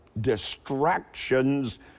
distractions